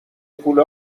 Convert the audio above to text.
پول